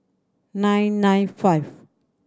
nine nine five